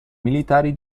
militari